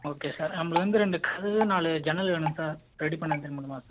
okay sir நமக்கு வந்து ரெண்டு கதவு நாலு ஜன்னல் வேணும் சார் ரெடி பண்ணி தரமுடியுமா சார்